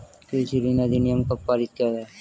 कृषि ऋण अधिनियम कब पारित किया गया?